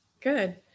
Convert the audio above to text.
Good